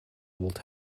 would